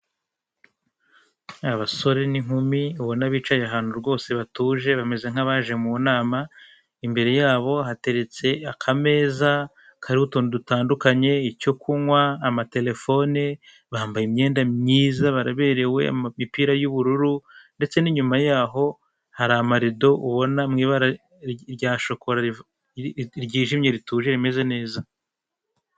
Abasore n'inkumi ubona bicaye ahantu rwose batuje bameze nk'abaje mu nama, imbere yabo hateretse akameza kariho utuntu dutandukanye, icyo kunywa amaterefone bambaye imyenda myiza baraberewe amapipiri y'ubururu, ndetse n'inyuma yaho hari amarido ubona mu rya shokora ryijimye rituje rimeze neza.